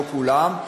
לא כולם,